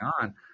on